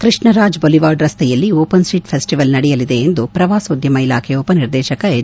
Krishnaraj boulevard ರಸ್ತೆಯಲ್ಲಿ open street festival ನಡೆಯಲ್ಲಿದೆ ಎಂದು ಪ್ರವಾಸೋದ್ಯಮ ಇಲಾಖೆ ಉಪನಿರ್ದೇಶಕ ಎಚ್